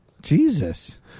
Jesus